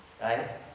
Right